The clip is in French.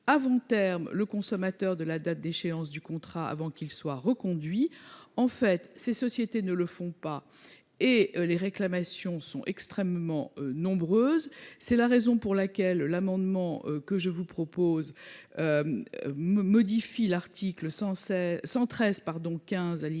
avant terme le consommateur de la date d'échéance du contrat avant qu'il ne soit reconduit ; dans les faits, ces sociétés ne le font pas, et les réclamations sont extrêmement nombreuses. C'est la raison pour laquelle je vous propose de modifier l'article L. 113-15-1 du code